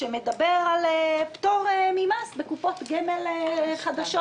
שמדבר על פטור ממס בקופות גמל חדשות.